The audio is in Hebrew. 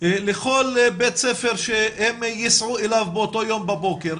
לכל בית ספר שהם ייסעו אליו באותו יום בבוקר.